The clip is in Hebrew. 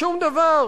שום דבר.